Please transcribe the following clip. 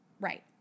Right